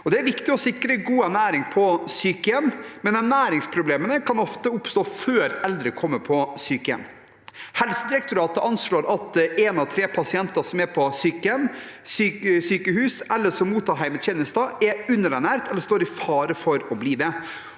Det er viktig å sikre god ernæring på sykehjemmet, men ernæringsproblemene kan ofte oppstå før eldre kommer på sykehjem. Helsedirektoratet anslår at én av tre pasienter som er på sykehus, sykehjem, eller som mottar hjemmetjenester, er underernært eller står i fare for å bli det.